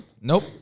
Nope